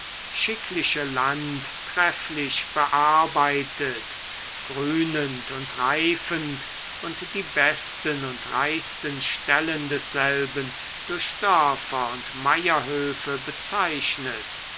schickliche land trefflich bearbeitet grünend und reifend und die besten und reichsten stellen desselben durch dörfer und meierhöfe bezeichnet